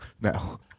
No